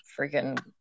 freaking